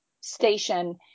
station